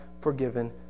forgiven